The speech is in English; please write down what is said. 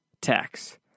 tax